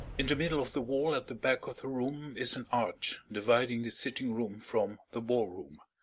in the middle of the wall at the back of the room is an arch dividing the sitting-room from the ballroom.